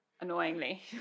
annoyingly